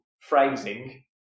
Phrasing